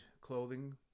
clothing